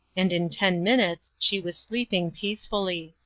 and in ten minutes she was sleeping peacefully.